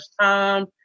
time